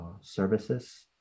services